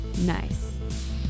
Nice